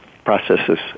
processes